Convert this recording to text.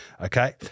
Okay